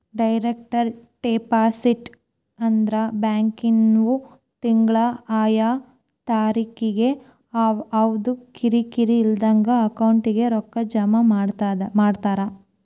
direct deposit ಅಂದ್ರ ಬ್ಯಾಂಕಿನ್ವ್ರು ತಿಂಗ್ಳಾ ಆಯಾ ತಾರಿಕಿಗೆ ಯವ್ದಾ ಕಿರಿಕಿರಿ ಇಲ್ದಂಗ ಅಕೌಂಟಿಗೆ ರೊಕ್ಕಾ ಜಮಾ ಮಾಡ್ತಾರ